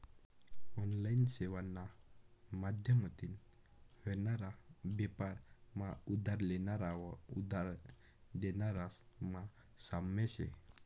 online सेवाना माध्यमतीन व्हनारा बेपार मा उधार लेनारा व उधार देनारास मा साम्य शे